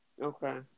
Okay